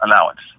allowance